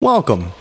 Welcome